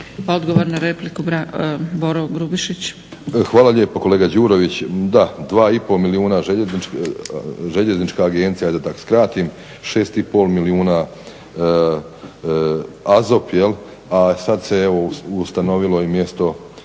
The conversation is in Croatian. **Grubišić, Boro (HDSSB)** Hvala lijepo. Kolega Đurović, da, 2,5 milijuna željeznička agencija, da tako skratim, 6,5 milijuna AZOP, a sad se ustanovilo i mjesto